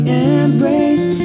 embrace